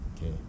okay